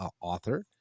author